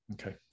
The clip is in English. Okay